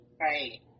Right